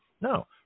No